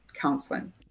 counseling